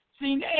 seen